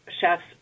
chefs